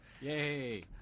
Yay